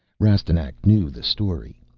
rastignac knew the story.